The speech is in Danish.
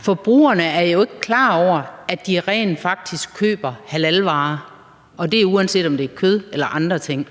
forbrugerne ikke er klar over, at de rent faktisk køber halalvarer, og det er, uanset om det er kød eller andre ting.